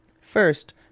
First